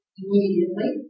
immediately